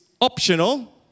optional